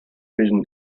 prison